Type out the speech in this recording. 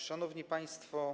Szanowni Państwo!